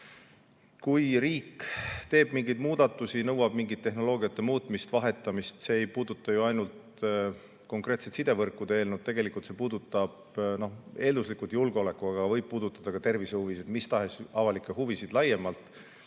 Kui riik teeb mingeid muudatusi, nõuab mingite tehnoloogiate muutmist, vahetamist – see ei puuduta ju ainult konkreetset sidevõrkude eelnõu, tegelikult see puudutab eelduslikult julgeolekut, võib puudutada ka tervise- ja mis tahes muid avalikke huvisid laiemalt